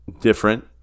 Different